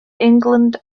england